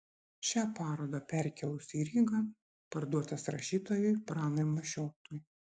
šią parodą perkėlus į rygą parduotas rašytojui pranui mašiotui